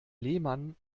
lehmann